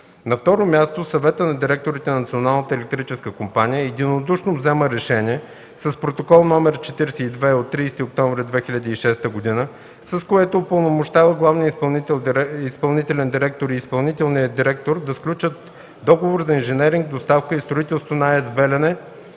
на Националната електрическа компания единодушно взема решение с Протокол № 42 от 30 октомври 2006 г., с което упълномощава главния изпълнителен директор и изпълнителния директор да сключат договор за инженеринг, доставка и строителство на АЕЦ „Белене”